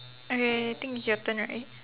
okay I think is your turn right